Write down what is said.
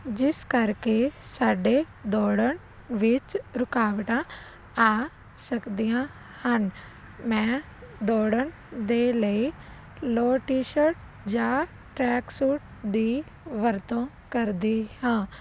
ਜਿਸ ਕਰਕੇ ਸਾਡੇ ਦੌੜਨ ਵਿੱਚ ਰੁਕਾਵਟਾਂ ਆ ਸਕਦੀਆਂ ਹਨ ਮੈਂ ਦੌੜਨ ਦੇ ਲਈ ਲੋਅਰ ਟੀਸ਼ਰਟ ਜਾਂ ਟਰੈਕ ਸੂਟ ਦੀ ਵਰਤੋਂ ਕਰਦੀ ਹਾਂ